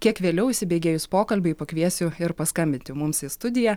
kiek vėliau įsibėgėjus pokalbiui pakviesiu ir paskambinti mums į studiją